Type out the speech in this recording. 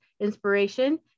inspiration